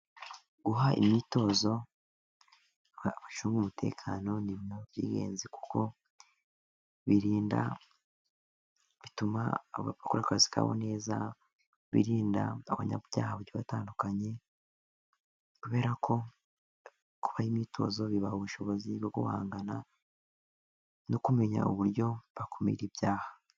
Guha imyitozo abacunga umutekano ni bimwe mu by'ingenzi kuko, birinda bituma bakora akazi kabo neza birinda abanyabyaha batandukanye. Kubera ko kubaha imyitozo bibaha ubushobozi bwo guhangana no kumenya uburyo bakumira ibyaha.